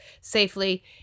safely